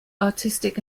artistic